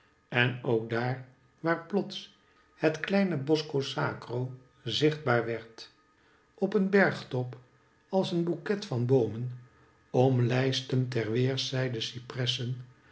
en ook daar waar plots het kleine bosco sacro zichtbaar werd op een bergtop als een boeket van boomen omlijstten ter weerszijde